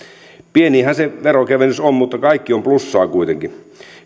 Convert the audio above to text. pienihän se veronkevennys on mutta kaikki on plussaa kuitenkin